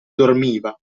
dormiva